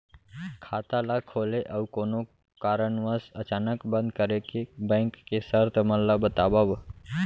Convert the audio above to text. खाता ला खोले अऊ कोनो कारनवश अचानक बंद करे के, बैंक के शर्त मन ला बतावव